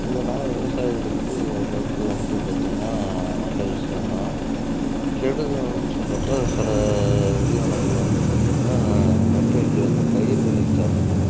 இதனால விவசாயிகளுக்கு ஓரளவுக்கு வந்து பார்த்திங்கனா நல்ல விஷயந்தான் கெடுதல்னு சொல்கிறப்ப சில உயிரினங்கள் வந்து பார்த்திங்கனா நட்டு வைக்கிற அந்த பயிர்களையும் சாப்பிட்டு போகும்